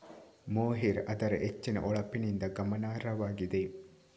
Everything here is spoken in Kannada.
ಮೊಹೇರ್ ಅದರ ಹೆಚ್ಚಿನ ಹೊಳಪಿನಿಂದ ಗಮನಾರ್ಹವಾಗಿದೆ